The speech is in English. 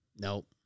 Nope